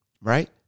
right